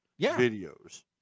videos